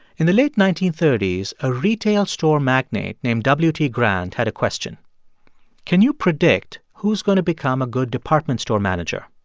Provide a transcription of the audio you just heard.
in the late nineteen thirty s, a retail store magnate named w t. grant had a question can you predict who's going to become a good department store manager?